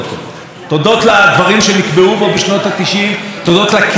תודות לכסף שנקבע בו שהמדינה חייבת להקציב לקולנוע,